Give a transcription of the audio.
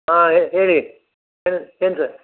ಹಾಂ ಏ ಹೇಳಿ ಹಾಂ ಏನು ಸರ್